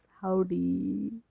howdy